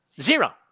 Zero